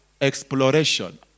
exploration